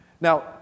Now